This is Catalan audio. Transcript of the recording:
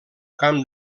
camp